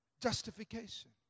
justification